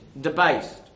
debased